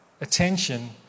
attention